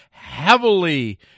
heavily